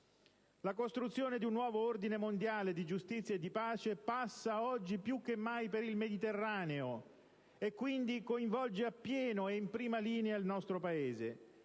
La costruzione di un nuovo ordine mondiale di giustizia e di pace passa oggi più che mai per il Mediterraneo, e quindi coinvolge appieno ed in prima linea il nostro Paese.